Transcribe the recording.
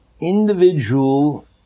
individual